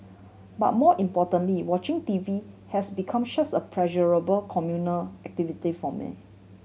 but more importantly watching T V has become such a pleasurable communal activity for me